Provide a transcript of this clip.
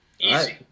easy